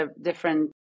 different